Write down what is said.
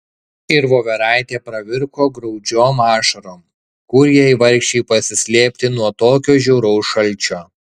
ir voveraitė pravirko graudžiom ašarom kur jai vargšei pasislėpti nuo tokio žiauraus šalčio